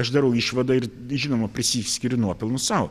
aš darau išvadą ir žinoma prisiskiriu nuopelnus sau